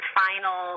final